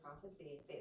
prophecy